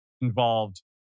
involved